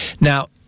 Now